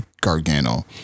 Gargano